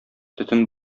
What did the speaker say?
төтен